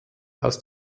aus